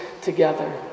together